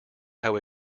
how